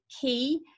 key